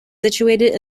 situated